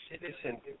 citizen